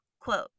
quote